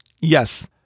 Yes